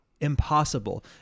impossible